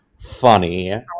funny